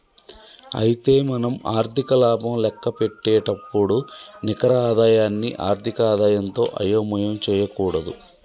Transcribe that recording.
అయితే మనం ఆర్థిక లాభం లెక్కపెట్టేటప్పుడు నికర ఆదాయాన్ని ఆర్థిక ఆదాయంతో అయోమయం చేయకూడదు